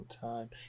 time